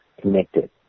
connected